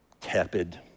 tepid